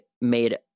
made